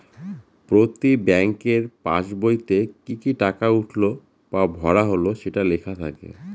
প্রতি ব্যাঙ্কের পাসবইতে কি কি টাকা উঠলো বা ভরা হল সেটা লেখা থাকে